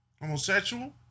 homosexual